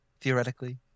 theoretically